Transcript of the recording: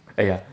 !aiya!